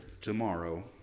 tomorrow